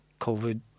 COVID